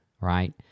right